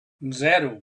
zero